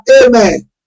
amen